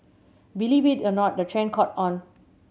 believe it or not the trend caught on